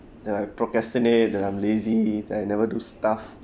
that I procrastinate that I'm lazy I never do stuff